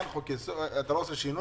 כאשר אתה לא עושה שינוי בחוק-יסוד.